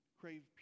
crave